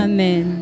Amen